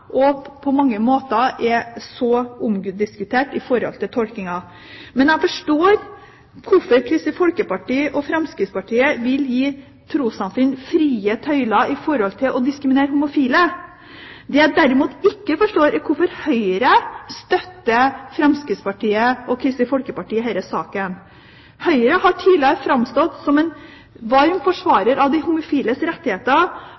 og på mange måter så omdiskutert, i forhold til tolkningen. Men jeg forstår hvorfor Kristelig Folkeparti og Fremskrittspartiet vil gi trossamfunn frie tøyler når det gjelder å diskriminere homofile. Det jeg derimot ikke forstår, er hvorfor Høyre støtter Fremskrittspartiet og Kristelig Folkeparti i denne saken. Høyre har tidligere framstått som en varm forsvarer av de homofiles rettigheter,